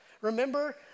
Remember